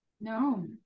no